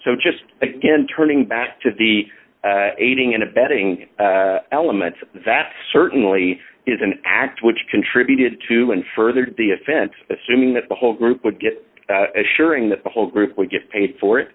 so just again turning back to the aiding and abetting elements that certainly is an act which contributed to and further the offense assuming that the whole group would get assuring that the whole group would get paid for it